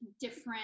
different